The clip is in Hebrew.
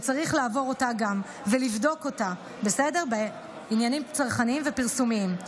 וצריך לעבור אותה גם ולבדוק אותה בעניינים צרכניים ופרסומיים.